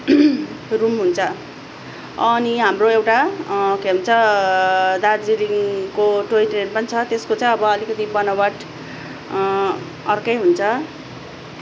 room हुन्छ अनि हाम्रो एउटा के भन्छ दार्जिलिङको टोयट्रेन पनि छ त्यसको चाहिँ अब अलिकिति बनावट अर्कै हुन्छ